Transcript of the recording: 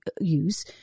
use